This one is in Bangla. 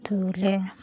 তুলে